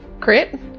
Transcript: Crit